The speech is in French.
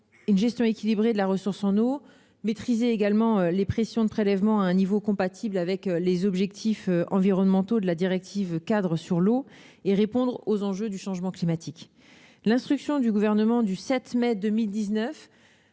une gestion équilibrée de la ressource en eau, de maîtriser les pressions de prélèvement à un niveau compatible avec les objectifs environnementaux de la directive-cadre sur l'eau et de répondre aux enjeux du changement climatique. L'instruction du Gouvernement du 7 mai 2019